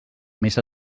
més